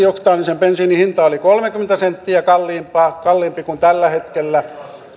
oktaanisen bensiinin hinta oli kolmekymmentä senttiä kalliimpaa kalliimpaa kuin tällä hetkellä